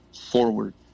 forward